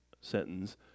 sentence